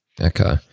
Okay